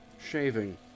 shaving